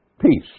Peace